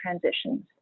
transitions